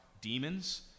demons